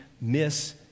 miss